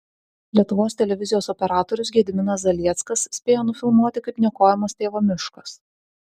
lietuvos televizijos operatorius gediminas zalieckas spėjo nufilmuoti kaip niokojamas tėvo miškas